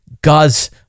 God's